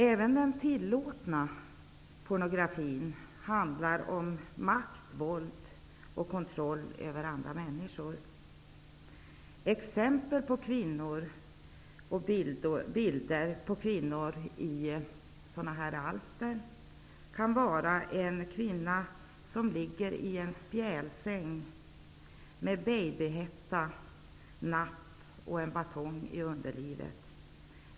Även den tillåtna pornografin handlar om makt, våld och kontroll över andra människor. Exempel på bilder på kvinnor i sådana alster kan vara en kvinna som ligger i en spjälsäng med babyhätta och napp och som har en batong i underlivet.